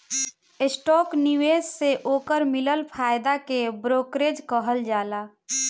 stock निवेश से ओकर मिलल फायदा के ब्रोकरेज कहल जाला